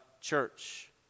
church